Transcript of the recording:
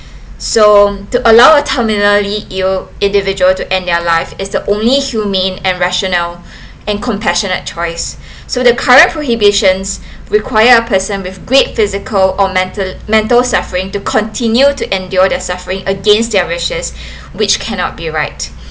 so to allow a terminally ill individual to end their life is the only humane and rationale and compassionate choice so the current prohibitions require a person with great physical or mental mental suffering to continue to endure their suffering against their wishes which cannot be right